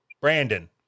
Brandon